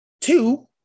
two